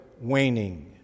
waning